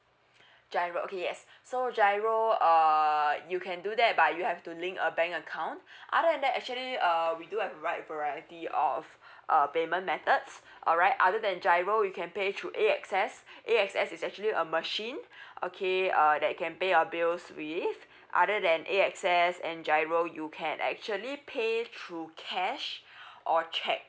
giro okay yes so giro uh you can do that but you have to link a bank account other than that actually uh we do have wide variety of uh payment methods alright other than giro you can pay through A_X_S A_X_S is actually a machine okay uh that can pay your bills with other than A_X_S and giro you can actually pay through cash or cheque